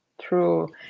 true